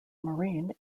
marine